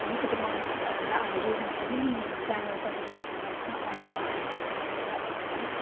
अलिकति मनमा जिउमा पनि जाँगर चलेको जस्तो होइन अल्छी नलागेको जस्तो गरेर हुन्छ